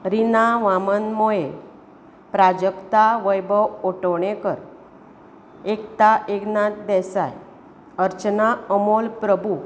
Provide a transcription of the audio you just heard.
Rina Vaman Moye Prajakta Vaibhav Otaunekar Ekta Eknath Desai Archana Amol Prabhu